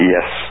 Yes